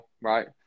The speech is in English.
right